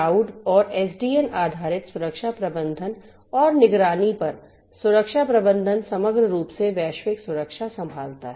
cloud और SDN आधारित सुरक्षा प्रबंधन और निगरानी पर सुरक्षा प्रबंधन समग्र रूप से वैश्विक सुरक्षा संभालता है